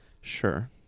sure